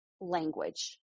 language